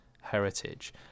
heritage